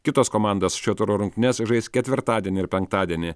kitos komandos šio turo rungtynes žais ketvirtadienį ir penktadienį